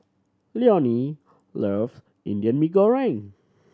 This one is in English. Leonie love Indian Mee Goreng